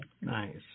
Nice